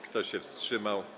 Kto się wstrzymał?